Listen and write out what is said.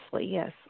yes